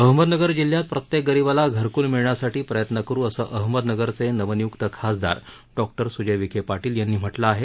अहमदनगर जिल्ह्यात प्रत्येक गरीबाला घरकूल मिळण्यासाठी प्रयत्न करु असं अहमदनगरचे नवनियुक्त खासदार डॉक्टर सुजय विखे पाटील यांनी म्हटलं आहे